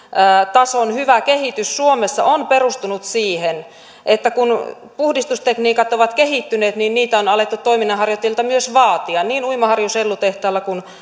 tason hyvä kehitys suomessa on perustunut siihen että kun puhdistustekniikat ovat kehittyneet niin niitä on alettu toiminnanharjoittajilta myös vaatia niin uimaharjun sellutehtaalla kuin